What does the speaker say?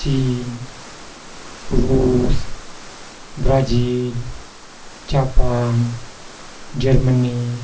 चीन रूस ब्राजील जापान जर्मनी